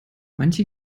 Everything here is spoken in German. manche